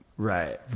Right